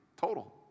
total